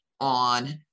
on